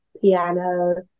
piano